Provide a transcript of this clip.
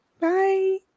Bye